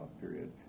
period